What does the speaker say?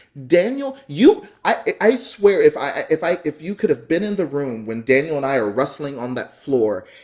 daniel, you i swear if i if i if you could have been in the room when daniel and i were wrestling on that floor,